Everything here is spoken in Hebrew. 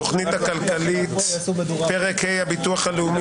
התוכנית הכלכלית, פרק ה' (ביטוח לאומי),